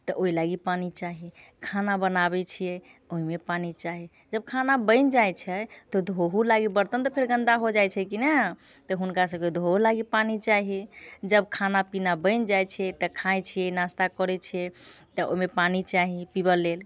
तऽ ओइ लागि पानि चाही खाना बनाबै छियै ओइमे पानि चाही जब खाना बनि जाइ छै तऽ धोहू लागि बर्तन तऽ फेर गन्दा हो जाइ छै कि नहि तऽ हुनका सभके धोओ लागि पानि चाही जब खाना पीना बनि जाइ छै तऽ खाइ छियै नास्ता करै छियै तऽ ओइमे पानि चाही पिबऽ लेल